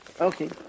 Okay